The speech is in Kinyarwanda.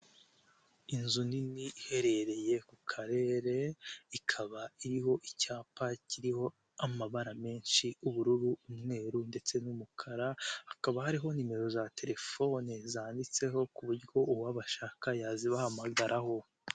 Inzu nini iherereye ku Karere ikaba iriho icyapa kiriho amabara menshi, ubururu, umweru ndetse n'umukara, hakaba hariho nimero za telefone zanditseho ku buryo uwabashaka yazibahamagararaho.